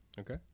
Okay